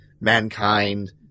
mankind